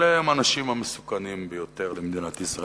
אלה הם האנשים המסוכנים ביותר למדינת ישראל.